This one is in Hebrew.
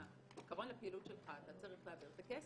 בעיקרון, לפעילות שלך אתה צריך להעביר את הכסף.